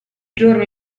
giorno